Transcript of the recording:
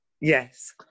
yes